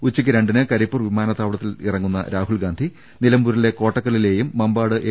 ഉച്ചയ്ക്ക് രണ്ടിന് കരിപ്പൂർ വിമാ നത്താവളത്തിൽ ഇറങ്ങുന്ന രാഹുൽഗാന്ധി നിലമ്പൂരിലെ കോട്ടക്കല്ലിലെയും മമ്പാട് എം